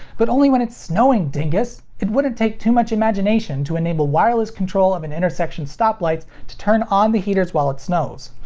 but only when it's snowing, dingus! it wouldn't take too much imagination to enable wireless control of an intersection's stoplights to turn on the heaters while it snows.